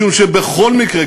משום שבכל מקרה,